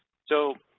so